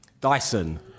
Dyson